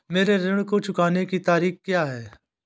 मेरे ऋण को चुकाने की तारीख़ क्या है?